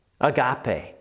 Agape